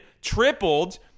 tripled